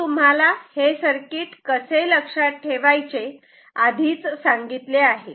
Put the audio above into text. मी तुम्हाला हे सर्किट कसे लक्षात ठेवायचे आधीच सांगितले आहे